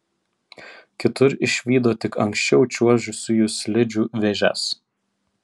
kitur išvydo tik anksčiau čiuožusiųjų slidžių vėžes